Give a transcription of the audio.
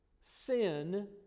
sin